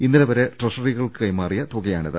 ഇന്നലെ വരെ ട്രഷറികൾക്ക് കൈമാറിയ തുകയാണിത്